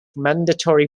mandatory